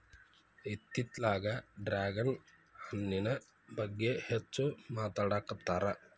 ಇತ್ತಿತ್ತಲಾಗ ಡ್ರ್ಯಾಗನ್ ಹಣ್ಣಿನ ಬಗ್ಗೆ ಹೆಚ್ಚು ಮಾತಾಡಾಕತ್ತಾರ